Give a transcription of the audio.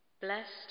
Blessed